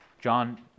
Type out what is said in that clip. John